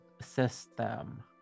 system